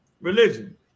religion